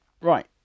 Right